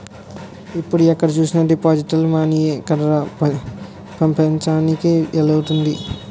ఇప్పుడు ఎక్కడ చూసినా డిజిటల్ మనీయే కదరా పెపంచాన్ని ఏలుతోంది